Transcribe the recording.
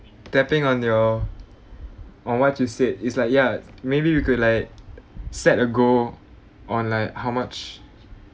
tapping on your on what you said is like ya maybe we could like set a goal on like how much